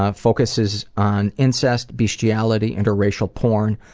ah focuses on incest, bestiality, interracial porn.